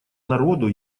народу